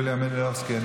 יוליה מלינובסקי,